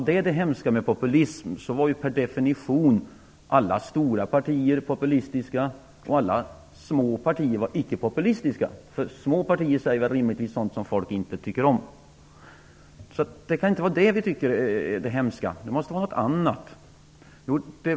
Om det är det hemska med populism är ju per definition alla stora partier populistiska och alla små partier icke populistiska, för små partier säger rimligtvis sådant som folk inte tycker om. Det måste vara något annat.